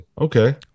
Okay